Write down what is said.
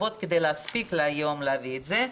טובות כדי להספיק להביא את זה היום,